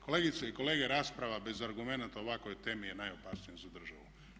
Kolegice i kolege rasprava bez argumenata o ovakvoj temi je najopasnija za državu.